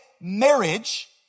marriage